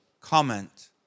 comment